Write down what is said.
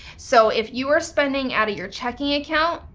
so if you are spending out of your checking account,